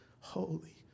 holy